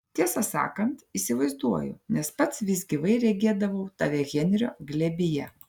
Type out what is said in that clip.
tiesą sakant įsivaizduoju nes pats vis gyvai regėdavau tave henrio glėbyje